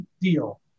deal